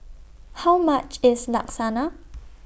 How much IS Lasagna